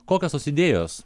kokios tos idėjos